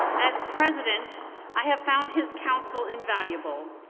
as president i have found his council invaluable,